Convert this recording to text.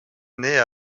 nait